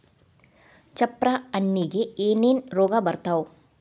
ಚಪ್ರ ಹಣ್ಣಿಗೆ ಏನೇನ್ ರೋಗ ಬರ್ತಾವ?